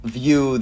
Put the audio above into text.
view